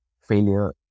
failure